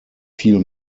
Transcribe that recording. viel